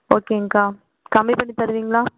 ஓகேங்கக்கா கம்மி பண்ணி தருவிங்களா